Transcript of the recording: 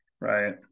right